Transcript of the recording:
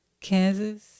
Kansas